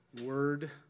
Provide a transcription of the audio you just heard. word